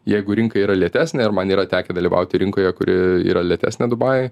jeigu rinka yra lėtesnė ir man yra tekę dalyvauti rinkoje kuri yra lėtesnė dubajuj